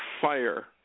fire